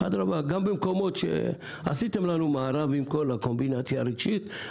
גם במקומות שעשיתם לנו מארב עם כל הקומבינציה הרגשית,